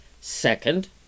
Second